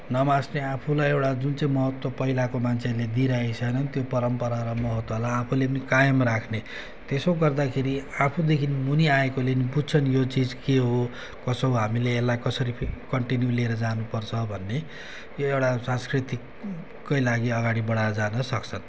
नमास्ने आफूलाई एउटा जुन चाहिँ महत्त्व पहिलाको मान्छेहरूले दिइरहेको छन् भने त्यो परम्परा र महत्त्वलाई आफूले पनि कायम राख्ने त्यसो गर्दाखेरि आफूदेखि मुनि आएकोले पनि बुझ्छन् यो चिज के हो कसो हामीले यसलाई कसरी कन्टिन्यू लिएर जानुपर्छ भन्ने यो एउटा सांस्कृतिककै लागि अगाडि बढाएर जानुसक्छन्